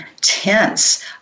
tense